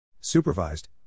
Supervised